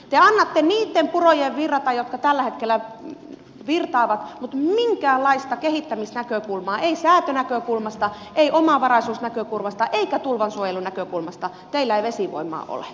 te annatte niitten purojen virrata jotka tällä hetkellä virtaavat mutta minkäänlaista kehittämisnäkökulmaa teillä ei säätönäkökulmasta ei omavaraisuusnäkökulmasta eikä tulvansuojelunäkökulmasta vesivoimaan ole